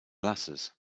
glasses